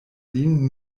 lin